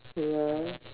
ya